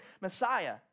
Messiah